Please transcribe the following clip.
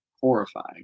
Horrifying